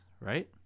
right